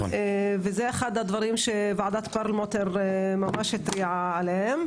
וזה אחד הדברים שוועדת פרלמוטר ממש התריעה עליהם.